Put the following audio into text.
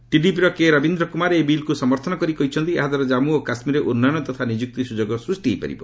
ଟିଡିପିର କେ ରବୀନ୍ଦ୍ରକୂମାର ଏହି ବିଲ୍କୁ ସମର୍ଥନ କରି କହିଛନ୍ତି ଏହାଦ୍ୱାରା ଜନ୍ମୁ ଓ କାଶ୍ମୀରରେ ଉନ୍ନୟନ ତଥା ନିଯୁକ୍ତି ସୁଯୋଗ ସୃଷ୍ଟି ହୋଇପାରିବ